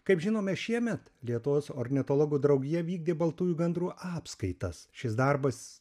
kaip žinome šiemet lietuvos ornitologų draugija vykdė baltųjų gandrų apskaitas šis darbas